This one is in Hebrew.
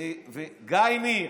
גיא ניר.